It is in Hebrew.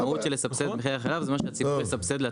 המשמעות של לסבסד את מחירי החלב זה